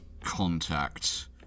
contact